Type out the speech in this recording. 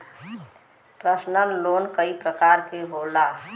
personal loan कई परकार के होला